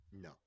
No